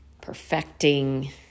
perfecting